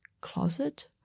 closet